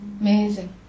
Amazing